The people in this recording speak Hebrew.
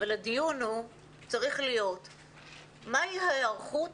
אבל הדיון צריך להיות על מה היא ההיערכות